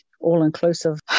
all-inclusive